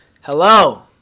Hello